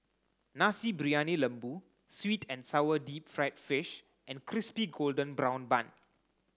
Nasi Briyani Lembu Sweet and sour deep fried fish and crispy golden brown bun